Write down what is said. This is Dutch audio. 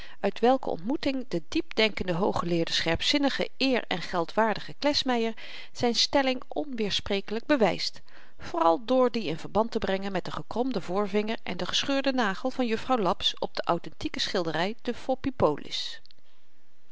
uit welke ontmoeting de diepdenkende hooggeleerde scherpzinnige eer en geldwaardige klesmeyer zyn stelling onweersprekelyk bewyst vooral door die in verband te brengen met den gekromden voorvinger en den gescheurden nagel van juffrouw laps op de autentieke schildery te foppipolis